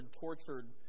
tortured